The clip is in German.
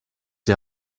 die